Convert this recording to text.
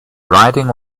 riding